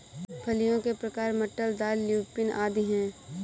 फलियों के प्रकार मटर, दाल, ल्यूपिन आदि हैं